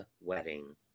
wedding